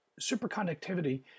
superconductivity